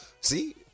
See